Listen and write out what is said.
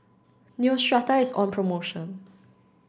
Neostrata is on promotion